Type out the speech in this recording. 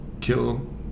kill